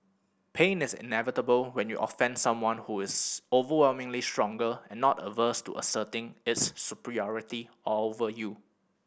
pain is inevitable when you offend someone who is overwhelmingly stronger and not averse to asserting its superiority over you